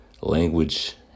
language